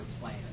plan